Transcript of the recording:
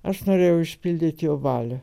aš norėjau išpildyt jo valią